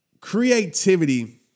Creativity